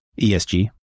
ESG